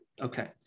Okay